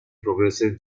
progressive